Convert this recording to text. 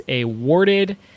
awarded